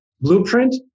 blueprint